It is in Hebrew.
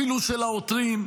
אפילו של העותרים.